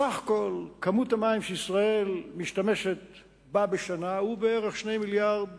סך כל כמות המים שישראל משתמשת בה בשנה הוא בערך 2 מיליארדי